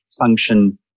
function